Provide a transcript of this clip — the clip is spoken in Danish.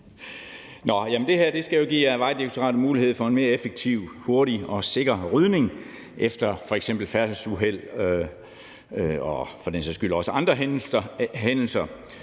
Det her skal jo give Vejdirektoratet mulighed for en mere effektiv, hurtig og sikker rydning efter f.eks. færdselsuheld og for den sags skyld også i forbindelse